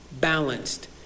balanced